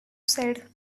said